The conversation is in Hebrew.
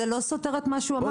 זה לא סותר את מה שהוא אמר,